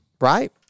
Right